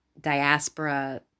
diaspora